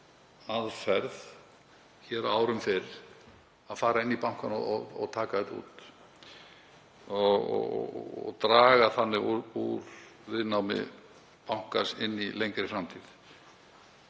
hér á árum fyrr, að fara inn í bankann og taka þetta út og draga þannig úr viðnámi bankans inn í lengri framtíð,